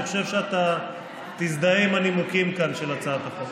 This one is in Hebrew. אני חושב שאתה תזדהה עם הנימוקים כאן של הצעת החוק.